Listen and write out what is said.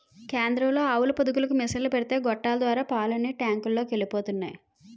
కేంద్రంలో ఆవుల పొదుగులకు మిసన్లు పెడితే గొట్టాల ద్వారా పాలన్నీ టాంకులలోకి ఎలిపోతున్నాయి